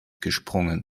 gesprungen